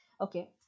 Okay